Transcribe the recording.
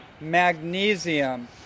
magnesium